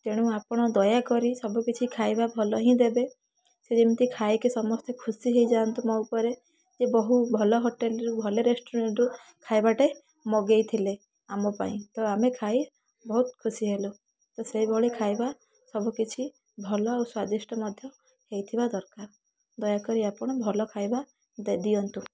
ତେଣୁ ଆପଣ ଦୟାକରି ସବୁ କିଛି ଖାଇବା ଭଲ ହିଁ ଦେବେ ସେ ଯେମିତି ଖାଇକି ସମସ୍ତେ ଖୁସି ହେଇଯାଆନ୍ତୁ ମୋ ଉପରେ ଏ ବୋହୁ ଭଲ ହୋଟେଲ୍ରୁ ଭଲ ରେଷଟୁରାଣ୍ଟରୁ ଖାଇବାଟେ ମଗେଇଥିଲେ ଆମପାଇଁ ତ ଆମେ ଖାଇ ବହୁତ ଖୁସି ହେଲୁ ତ ସେଇଭଳି ଖାଇବା ସବୁ କିଛି ଭଲ ଓ ସ୍ୱାଦିଷ୍ଟ ମଧ୍ୟ ହେଇଥିବା ଦରକାର ଦୟାକରି ଆପଣ ଭଲ ଖାଇବା ଦିଅନ୍ତୁ